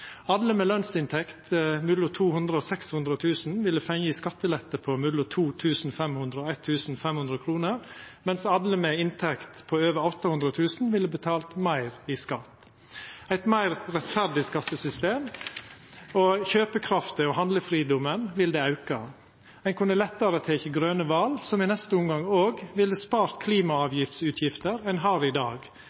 alle med ei inntekt på over 800 000 kr ville betalt meir i skatt – eit meir rettferdig skattesystem, og kjøpekrafta og handlefridommen ville auka. Ein kunne lettare ha teke grøne val, som i neste omgang ville ha spart klimaavgiftsutgifter ein har i dag,